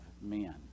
men